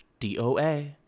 DOA